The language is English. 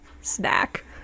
snack